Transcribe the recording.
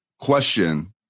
Question